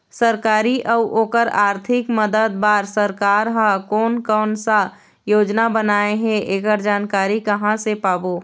सरकारी अउ ओकर आरथिक मदद बार सरकार हा कोन कौन सा योजना बनाए हे ऐकर जानकारी कहां से पाबो?